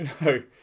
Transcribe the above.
no